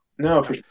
No